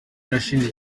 irashinja